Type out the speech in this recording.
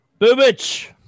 Bubich